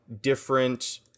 different